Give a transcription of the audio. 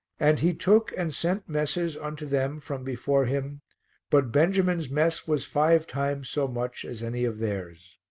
and he took and sent messes unto them from before him but benjamin's mess was five times so much as any of theirs.